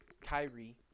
Kyrie –